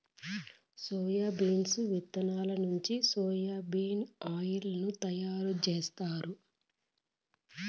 soybeans ఇత్తనాల నుంచి soya bean oil ను తయారు జేత్తారు